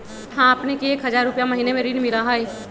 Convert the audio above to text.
हां अपने के एक हजार रु महीने में ऋण मिलहई?